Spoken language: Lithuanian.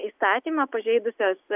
įstatymą pažeidusios